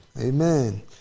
Amen